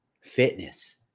fitness